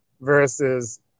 versus